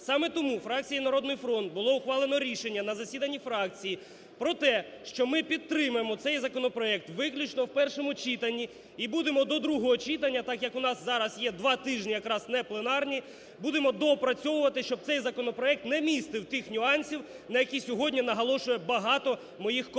Саме тому фракцією "Народний фронт" було ухвалено рішення на засіданні фракції про те, що ми підтримаємо цей законопроект виключно в першому читанні і будемо до другого читання, так як у нас зараз є два тижні якраз не пленарні, будемо доопрацьовувати, щоб цей законопроект не містив тих нюансів, на які сьогодні наголошує багато моїх колег.